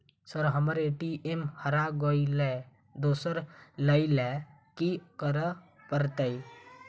Sir हम्मर ATM हरा गइलए दोसर लईलैल की करऽ परतै?